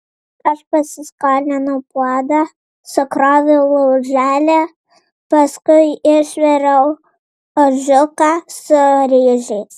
aš pasiskolinau puodą sukroviau lauželį paskui išviriau ožiuką su ryžiais